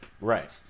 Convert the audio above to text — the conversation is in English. Right